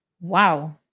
Wow